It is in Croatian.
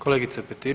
Kolegice Petir,